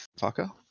Fucker